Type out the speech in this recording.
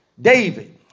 David